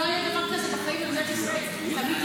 לא היה דבר כזה בחיים במדינת ישראל --- בתי